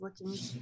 looking